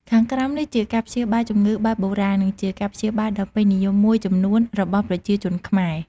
ខាងក្រោមនេះជាការព្យាបាលជំងឺបែបបុរាណ និងជាការព្យាបាលដ៏ពេញនិយមមួយចំនួនរបស់ប្រជាជនខ្មែរ។